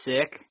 sick